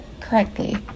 correctly